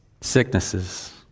sicknesses